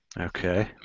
Okay